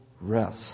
rest